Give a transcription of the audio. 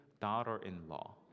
daughter-in-law